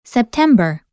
September